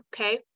Okay